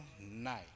night